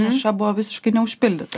niša buvo visiškai neužpildyta